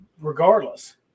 regardless